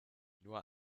nur